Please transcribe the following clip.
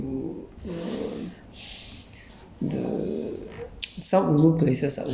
那个是什么 ah bukit timah hill ah sometimes they go to uh